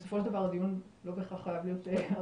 בסופו של דבר הדיון לא חייב להיות ארוך,